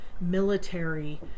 military